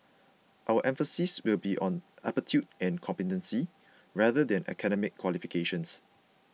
our emphasis will be on aptitude and competency rather than academic qualifications